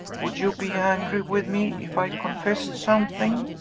would you be angry with me if i confessed something?